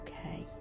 okay